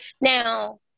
Now